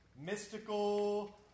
mystical